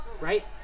right